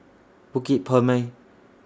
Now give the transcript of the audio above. Bukit Purmei